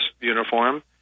uniform